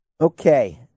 Okay